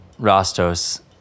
Rostos